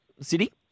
City